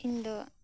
ᱤᱧ ᱫᱚ